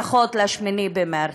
ברכות ל-8 במרס.